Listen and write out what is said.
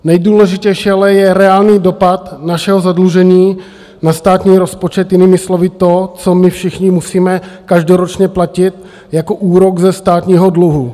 Nejdůležitější ale je reálný dopad našeho zadlužení na státní rozpočet, jinými slovy to, co my všichni musíme každoročně platit jako úrok ze státního dluhu.